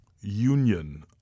union